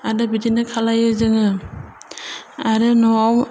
आरो बिदिनो खालामो जोङो आरो न'आव